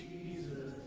Jesus